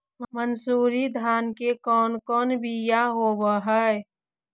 मनसूरी धान के कौन कौन बियाह होव हैं?